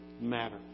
matter